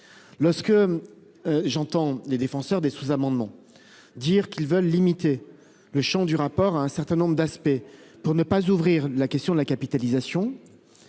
j'entends les défenseurs des sous-amendements affirmer qu'ils veulent limiter le champ du rapport à un certain nombre d'aspects pour ne pas ouvrir la question de la capitalisation,